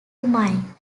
mine